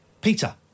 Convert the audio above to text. peter